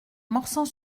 morsang